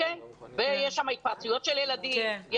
ויש שם התפרצויות של ילדים,